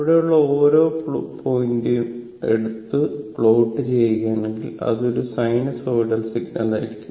ഇവിടെയുള്ള ഓരോ പോയിന്റും എടുത്തു പ്ലോട്ട് ചെയ്യുകയാണെങ്കിൽ അത് ഒരു സൈനുസോയിടൽ സിഗ്നൽ ആയിരിക്കും